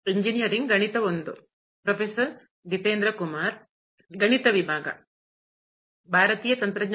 hi